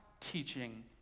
teaching